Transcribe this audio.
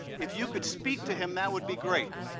if you could speak to him, that would be great.